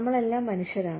നമ്മളെല്ലാം മനുഷ്യരാണ്